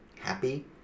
happy